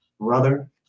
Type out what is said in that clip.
brother